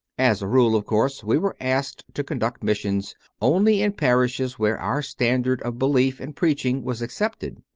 as a rule, of course, we were asked to conduct missions only in parishes where our standard of belief and preaching was accepted.